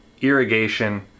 irrigation